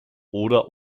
oder